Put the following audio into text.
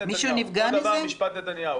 משפט נתניהו.